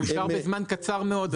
ואושר בזמן קצר מאוד.